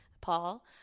Paul